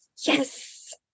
Yes